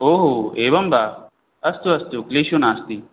ओहो एवं वा अस्तु अस्तु क्लेशो नास्ति